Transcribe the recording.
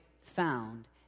found